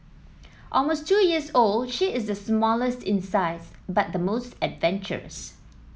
almost two years old she is the smallest in size but the most adventurous